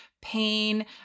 pain